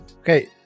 Okay